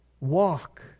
walk